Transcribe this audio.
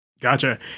Gotcha